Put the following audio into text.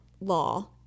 law